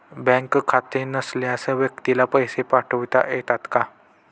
Bank खाते नसलेल्या व्यक्तीला पैसे पाठवता येतील का?